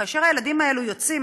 כאשר הילדים האלה יוצאים,